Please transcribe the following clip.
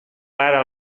vara